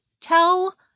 tell